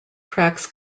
tracks